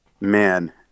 man